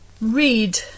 Read